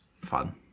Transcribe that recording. fun